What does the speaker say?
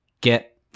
get